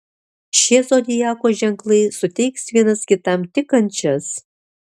šie zodiako ženklai suteiks vienas kitam tik kančias